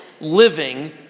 living